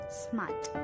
smart